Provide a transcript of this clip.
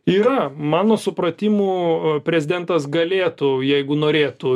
yra mano supratimu prezidentas galėtų jeigu norėtų